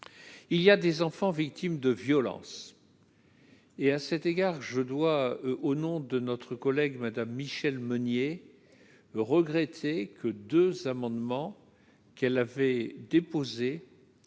il y a des enfants victimes de violence, et à cet égard je dois au nom de notre collègue, Madame Michelle Meunier regretté que 2 amendements qu'elle avait déposé